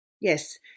Yes